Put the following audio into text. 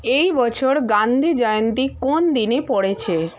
এই বছর গান্ধী জয়ন্তী কোন দিনে পড়েছে